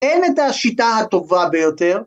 ‫אין את השיטה הטובה ביותר.